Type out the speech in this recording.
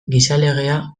gizalegea